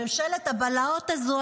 בממשלת הבלהות הזו,